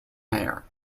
mayor